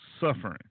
suffering